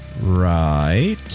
Right